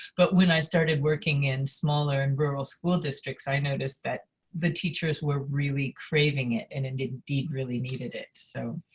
but when i started working in smaller and rural school districts, i noticed that the teachers were really craving it and indeed indeed really needed it. so